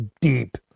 deep